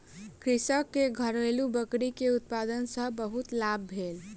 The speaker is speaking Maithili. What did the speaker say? कृषक के घरेलु बकरी के उत्पाद सॅ बहुत लाभ भेल